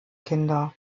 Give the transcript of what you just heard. kinder